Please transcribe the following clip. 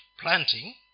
planting